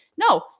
no